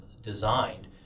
designed